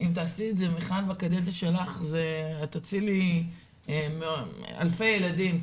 אם תעשי את זה בקדנציה שלך, את תצילי אלפי ילדים.